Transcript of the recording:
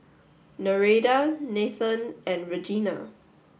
Nereida Nathen and Regina